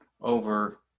over